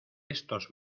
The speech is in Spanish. estos